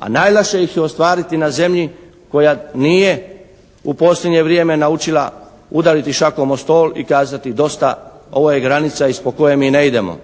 a najlakše ih je ostvariti na zemlji koja nije u posljednje vrijeme naučila udariti šakom o stol i kazati: «Dosta, ovo je granica ispod koje mi ne idemo.»